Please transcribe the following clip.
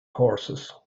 horses